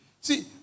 See